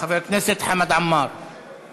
לרבות חבר הכנסת נחמן שי שלא